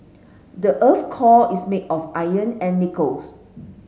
the earth core is made of iron and nickels